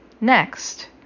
Next